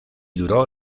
duró